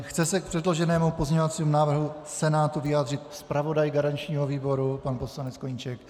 Chce se k předloženému pozměňovacímu návrhu Senátu vyjádřit zpravodaj garančního výboru pan poslanec Koníček?